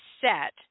set